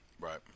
right